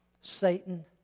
Satan